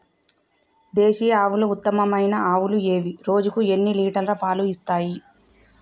దేశీయ ఆవుల ఉత్తమమైన ఆవులు ఏవి? రోజుకు ఎన్ని లీటర్ల పాలు ఇస్తాయి?